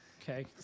Okay